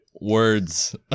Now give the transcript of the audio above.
Words